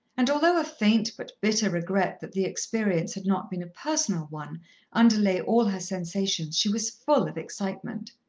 and although a faint but bitter regret that the experience had not been a personal one underlay all her sensations, she was full of excitement.